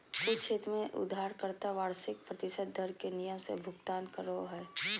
कुछ क्षेत्र में उधारकर्ता वार्षिक प्रतिशत दर के नियम से भुगतान करो हय